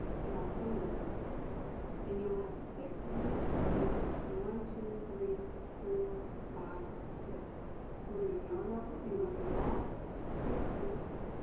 draw up a loop and you'll have six loops on your hook one, two, three, four five six we're going to yarn over and go through all six loops